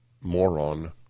moron